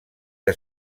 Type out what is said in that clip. que